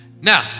now